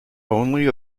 only